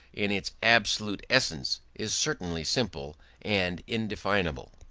in its absolute essence, is certainly simple and indefinable.